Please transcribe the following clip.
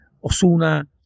Osuna